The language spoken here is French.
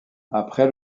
après